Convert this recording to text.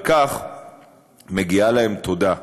על כך מגיעה להם תודה.